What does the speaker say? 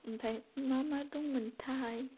ओमफ्राय मा मा दंमोनथाय